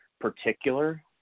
particular